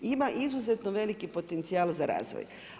Ima izuzetno veliki potencijal za razvoj.